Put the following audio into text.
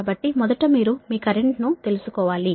కాబట్టి మొదట మీరు మీ కరెంటును తెలుసుకోవాలి